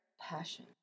Passion